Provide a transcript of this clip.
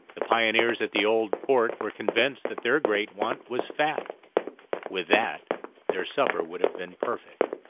the pioneers at the old port were convinced that their great want was fat with that their supper would have been perfect.